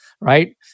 right